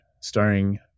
starring